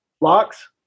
Locks